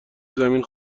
زمین